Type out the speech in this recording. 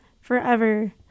Forever